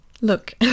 look